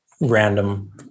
random